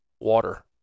water